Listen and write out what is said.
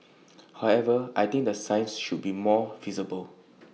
however I think the signs should be more visible